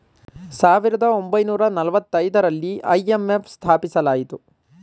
ಸಾವಿರದ ಒಂಬೈನೂರ ನಾಲತೈದರಲ್ಲಿ ಐ.ಎಂ.ಎಫ್ ಸ್ಥಾಪಿಸಲಾಯಿತು